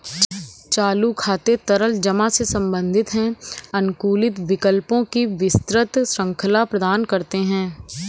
चालू खाते तरल जमा से संबंधित हैं, अनुकूलित विकल्पों की विस्तृत श्रृंखला प्रदान करते हैं